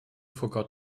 forgot